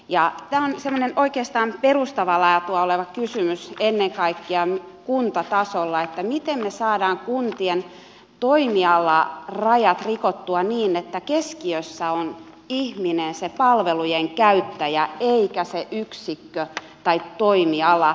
tämä on oikeastaan semmoinen perustavaa laatua oleva kysymys ennen kaikkea kuntatasolla miten me saamme kuntien toimialarajat rikottua niin että keskiössä on ihminen se palvelujen käyttäjä eikä se yksikkö tai toimiala